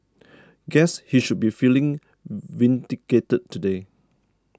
guess he should be feeling vindicated today